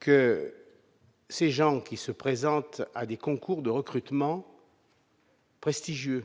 Que ces gens qui se présentent à des concours de recrutement. Prestigieux.